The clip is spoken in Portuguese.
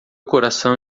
coração